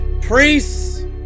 priests